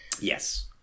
Yes